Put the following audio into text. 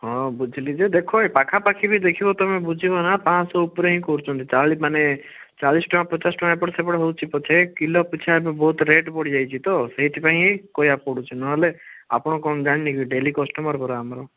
ହଁ ବୁଝିଲି ଯେ ଦେଖ ପାଖାପାଖି ବି ଦେଖିବ ତମେ ବୁଝିବ ନା ପାଞ୍ଚ ଶହ ଉପରେ ହିଁ କରୁଛନ୍ତି ତା ମାନେ ଚାଳିଶି ଟଙ୍କା ପଚାଶ ଟଙ୍କା ଏପଟ ସେପଟ ହେଉଛି ପଛେ କିଲୋ ପିଛା ଏବେ ବହୁତ ରେଟ୍ ବଢ଼ିଯାଇଛି ତ ସେଇଥିପାଇଁ ହିଁ କହିବାକୁ ପଡ଼ୁଛି ନହେଲେ ଆପଣ କ'ଣ ଜାଣିନି କି ଡେଲି କଷ୍ଟମର୍ ପରା ଆମର